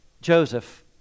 Joseph